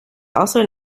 also